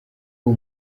uwo